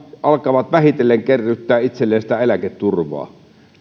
alkavat vähitellen kerryttää itselleen sitä eläketurvaa